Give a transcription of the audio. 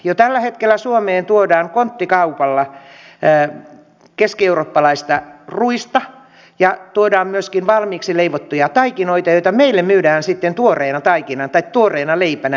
jo tällä hetkellä suomeen tuodaan konttikaupalla keskieurooppalaista ruista ja tuodaan myöskin valmiiksi leivottuja taikinoita joita meille myydään sitten tuoreena leipänä